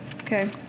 Okay